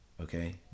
okay